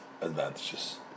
advantages